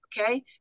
okay